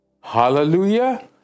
Hallelujah